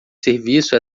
serviço